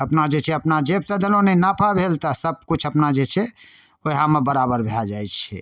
अपना जे छै अपना जेब सऽ देलहुॅं आ नहि नाफा भेल तऽ सब किछु अपना जे छै वएह मे बराबर भऽ जाइ छै